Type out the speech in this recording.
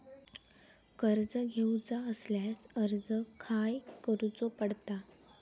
कर्ज घेऊचा असल्यास अर्ज खाय करूचो पडता?